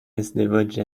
ازدواج